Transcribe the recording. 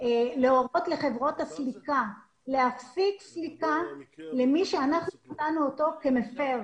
להורות לחברות הסליקה להפסיק סליקה למי שאנחנו ראינו אותו כמפר